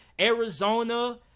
Arizona